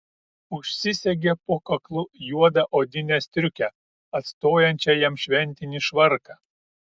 užsisegė po kaklu juodą odinę striukę atstojančią jam šventinį švarką